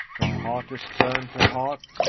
when heart has turned to heart,